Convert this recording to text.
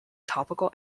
topical